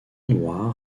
noir